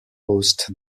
host